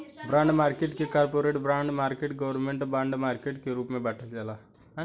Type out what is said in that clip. bond market के corporate bond market government bond market के रूप में बॉटल जाला